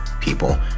people